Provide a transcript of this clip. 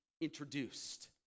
introduced